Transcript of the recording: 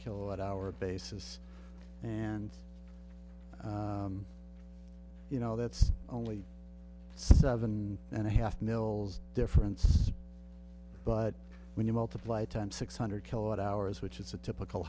hour basis and you know that's only seven and a half mil difference but when you multiply times six hundred kilowatt hours which is a typical